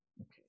okay